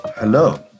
Hello